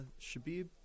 Shabib